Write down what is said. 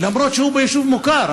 למרות שהוא ביישוב מוכר,